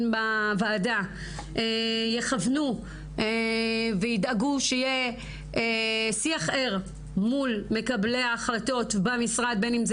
בוועדה יכוונו וידאגו שיהיה שיח ער מול מקבלי ההחלטות במשרד בין אם זה